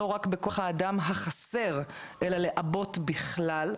לא רק בכוח האדם החסר אלא לעבות בכלל,